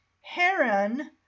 Heron